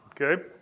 Okay